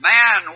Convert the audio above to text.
Man